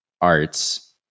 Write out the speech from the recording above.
arts